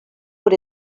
what